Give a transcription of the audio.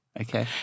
Okay